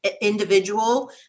Individual